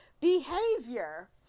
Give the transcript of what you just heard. behavior